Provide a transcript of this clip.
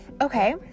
okay